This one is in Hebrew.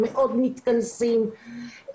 מאוד מתכנסים,